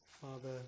Father